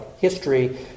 history